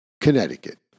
Connecticut